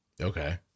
Okay